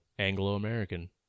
Anglo-American